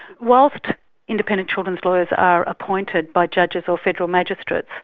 whilst independent children's lawyers are appointed by judges or federal magistrates,